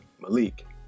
Malik